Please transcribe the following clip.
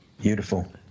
Beautiful